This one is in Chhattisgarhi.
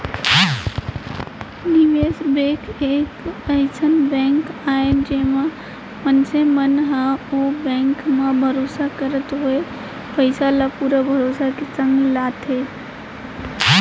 निवेस बेंक एक अइसन बेंक आय जेमा मनसे मन ह ओ बेंक म भरोसा करत होय पइसा ल पुरा भरोसा के संग लगाथे